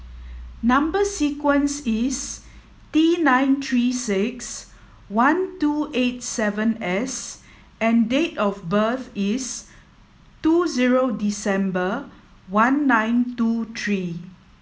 number sequence is T nine three six one two eight seven S and date of birth is two zero December one nine two three